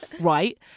right